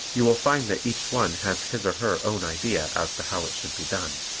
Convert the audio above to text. you will find that each one has his or her own idea as to how it should be done.